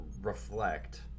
reflect